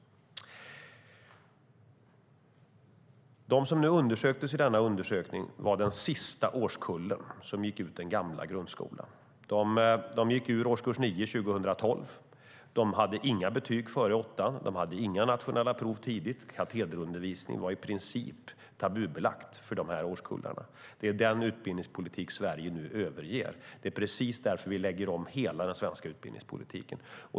De som nu undersöktes i denna undersökning var den sista årskullen som gick ur den gamla grundskolan. De gick ur årskurs 9 år 2012. De hade inga betyg före åttan, de hade inga nationella prov tidigt och katederundervisning var i princip tabubelagt för den årskullen. Det är den utbildningspolitiken Sverige nu överger. Det är precis därför vi lägger om hela den svenska utbildningspolitiken.